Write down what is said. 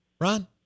Ron